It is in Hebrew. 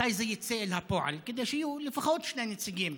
מתי זה יצא אל הפועל, כדי שיהיו לפחות שני נציגים?